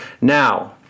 Now